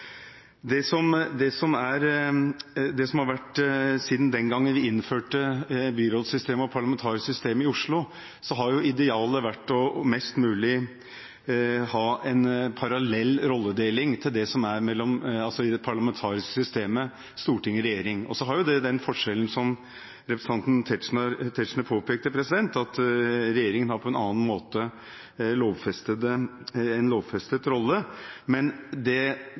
Siden den gangen vi innførte byrådssystemet og det parlamentariske system i Oslo, har idealet vært å ha en mest mulig parallell rolledeling til det som er i det parlamentariske systemet Stortinget–regjeringen. Så er det den forskjellen, som representanten Tetzschner påpekte, at regjeringen har på en annen måte en lovfestet rolle, men det